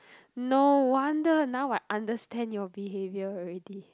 no wonder now I understand your behaviour already